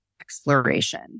exploration